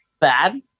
bad